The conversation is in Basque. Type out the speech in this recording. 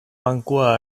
bankua